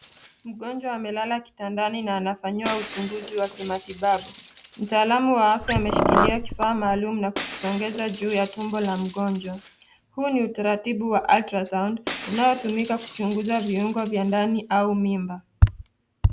Mgonjwa amelala kitandani na anfanyiwa uchunguzi wa kimatibabu, mtaalamu wa afya ameshikilia kifaa maalum na kukisongeza juu ya tumbo la mgonjwa, huu ni utaratibu wa Ultrasound unaotumika kuchunguza viungo vya ndani au mimba.